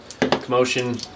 commotion